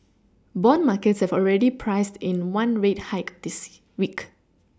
bond markets have already priced in one rate hike this week